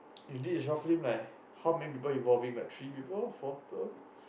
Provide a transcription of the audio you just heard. you did the soft film like how many people involving three people four people